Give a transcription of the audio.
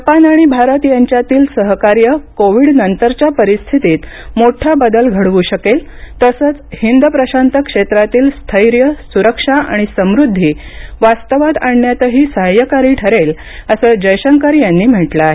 Japan आणि भारत यांच्यातील सहकार्य कोविड नंतरच्या परिस्थितीत मोठा बदल घडवू शकेल तसंच हिंद प्रशांत क्षेत्रातील स्थैर्य सुरक्षा आणि समृद्धी वास्तवात आणण्यातही साह्यकारी ठरेल असं जयशंकर यांनी म्हटलं आहे